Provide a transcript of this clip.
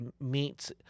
meets